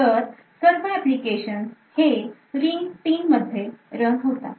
तर सर्व एप्लीकेशनस हे ring 3 मध्ये रन होतात